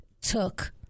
took